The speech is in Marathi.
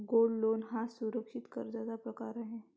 गोल्ड लोन हा सुरक्षित कर्जाचा प्रकार आहे